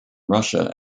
russia